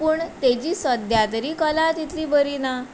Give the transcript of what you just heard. पूण तेजी सद्द्यां तरी कला तितली बरी ना